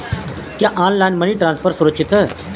क्या online money transfer सुरक्षित है?